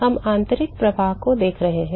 हम आंतरिक प्रवाह को देख रहे हैं